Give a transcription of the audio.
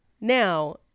now